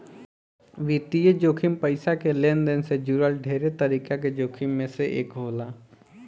वित्तीय जोखिम पईसा के लेनदेन से जुड़ल ढेरे तरीका के जोखिम में से एक होला